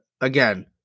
again